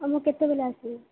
ଆଉ ମୁଁ କେତେବେଲେ ଆସିବି